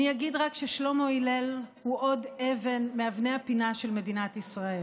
אני אגיד רק ששלמה הלל הוא עוד אבן מאבני הפינה של מדינת ישראל